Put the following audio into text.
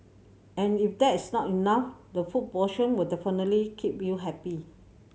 and if that's not enough the food option will definitely keep you happy